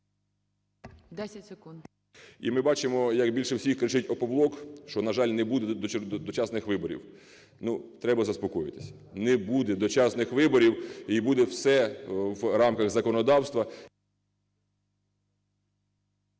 В.М. І ми бачимо, як більше всіх кричить "Опоблок", що, на жаль, не буде дочасних виборів. Треба заспокоїтися: не буде дочасних виборів і буде все в рамках законодавства.